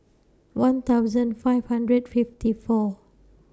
one thousand five hundred fifty four